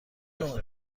نوع